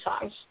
songs